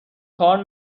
کار